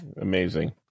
Amazing